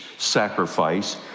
Sacrifice